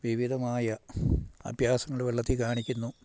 വിവിധമായ അഭ്യാസങ്ങള് വെള്ളത്തിൽ കാണിക്കുന്നു